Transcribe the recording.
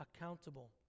accountable